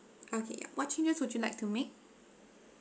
okay ya what changes would you like to make